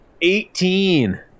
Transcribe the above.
Eighteen